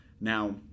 Now